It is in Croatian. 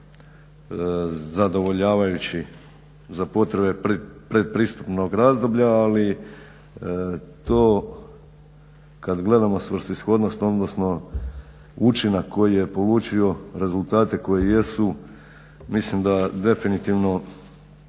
zadovoljavajući za potrebe predpristupnog razdoblja. Ali to kad gledamo svrsishodnost, odnosno učinak koji je polučio rezultate koji jesu mislim da definitivno